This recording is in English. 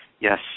Yes